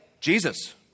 Jesus